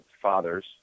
fathers